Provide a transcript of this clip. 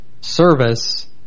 service